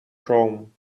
chrome